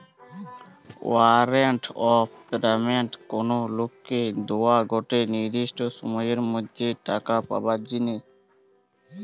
warrant of payment কোনো লোককে দোয়া গটে নির্দিষ্ট সময়ের মধ্যে টাকা পাবার জিনে